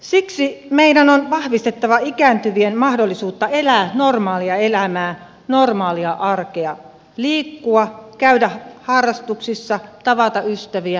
siksi meidän on vahvistettava ikääntyvien mahdollisuutta elää normaalia elämää normaalia arkea liikkua käydä harrastuksissa tavata ystäviä ja niin edelleen